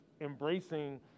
embracing